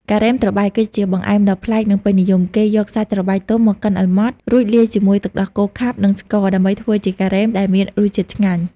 ការ៉េមត្របែក គឺជាបង្អែមដ៏ប្លែក និងពេញនិយម។ គេយកសាច់ត្របែកទុំមកកិនឲ្យម៉ដ្ឋ រួចលាយជាមួយទឹកដោះគោខាប់ និងស្ករ ដើម្បីធ្វើជាការ៉េមដែលមានរសជាតិឆ្ងាញ់។